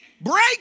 Break